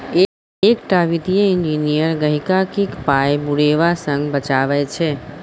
एकटा वित्तीय इंजीनियर गहिंकीक पाय बुरेबा सँ बचाबै छै